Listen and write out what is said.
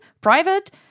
private